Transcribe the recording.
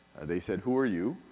they said who are you?